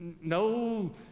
no